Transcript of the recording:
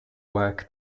work